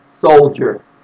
soldier